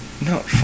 No